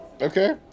Okay